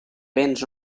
béns